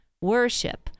worship